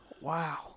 Wow